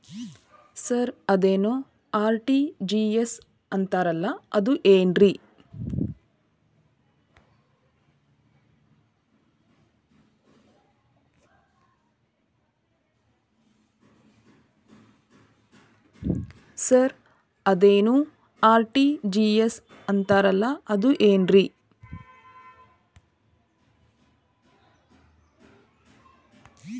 Sir ಅದೇನು RTGS ಅಂತಾರಲಾ ಅದು ಏನ್ರಿ?